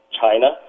China